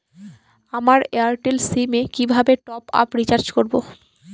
আমার Airtel sim এ কিভাবে টপ আপ রিচার্জ করবো?